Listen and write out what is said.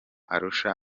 arusha